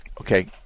Okay